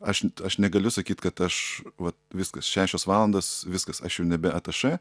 aš aš negaliu sakyt kad aš va viskas šešios valandos viskas aš jau nebe atašė